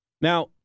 now